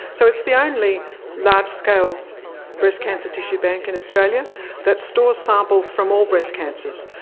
so it's the only large-scale breast cancer tissue bank in australia that stores samples from all breast cancers.